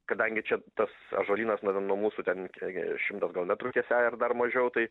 kadangi čia tas ąžuolynas na nuo mūsų ten koki šimtas ten metrų tiesiąja ar dar mažiau tai